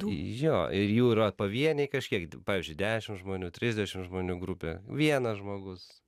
jo ir jų yra pavieniai kažkiek pavyzdžiui dešimt žmonių trisdešimt žmonių grupė vienas žmogus